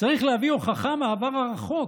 צריך להביא הוכחה מהעבר הרחוק